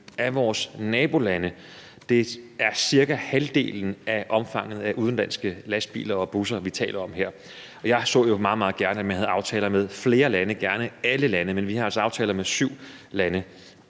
af vores nabolande, og det er cirka halvdelen af omfanget af udenlandske lastbiler og busser, vi her taler om. Jeg så jo meget, meget gerne, at man havde aftaler med flere lande, gerne alle lande, men vi har altså aftaler med syv lande.